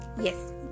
Yes